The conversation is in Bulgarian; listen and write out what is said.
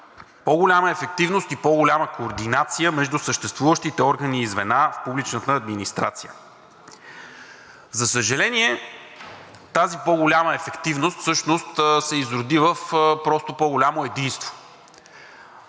по-голяма ефективност и по-голяма координация между съществуващите органи и звена в публичната администрация. За съжаление, тази по-голяма ефективност всъщност се изроди в просто по-голямо единство,